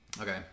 Okay